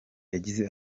yagize